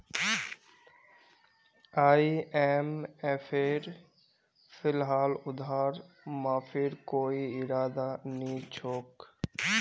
आईएमएफेर फिलहाल उधार माफीर कोई इरादा नी छोक